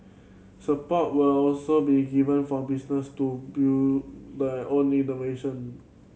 support will also be given for business to build their own innovation